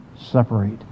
separate